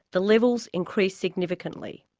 the levels increased significantly.